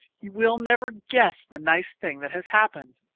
you will never guess the nice thing that has happened.